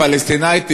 פלסטינית,